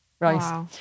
right